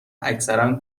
اکثرا